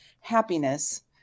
Happiness